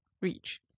reach